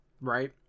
Right